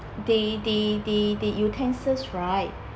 the the the the utensils right